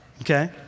Okay